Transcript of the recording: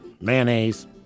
Mayonnaise